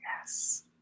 Yes